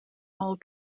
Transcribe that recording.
all